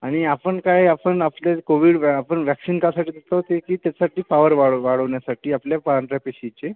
आणि आपण काय आपण आपले कोविड आपण व्हॅक्सिन कशासाठी ते की त्याच्यासाठी पावर वाढवण्यासाठी आपल्या पांढऱ्या पेशीची